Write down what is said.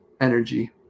energy